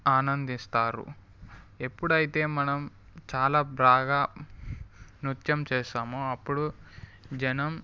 ఆనందిస్తారు ఎప్పుడైతే మనం చాలా బాగా నృత్యం చేస్తామో అప్పుడు జనం